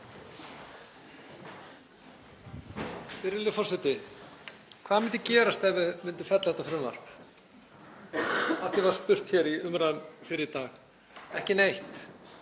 Virðulegur forseti. Hvað myndi gerast ef við myndum fella þetta frumvarp? Að því var spurt hér í umræðum fyrr í dag. Ekki neitt.